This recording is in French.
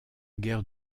guerre